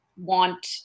want